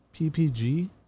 PPG